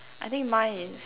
I think mine is